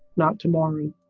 not tomorrow.